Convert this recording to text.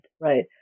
right